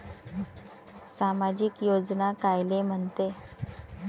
सामाजिक योजना कायले म्हंते?